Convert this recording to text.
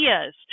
ideas